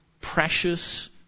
precious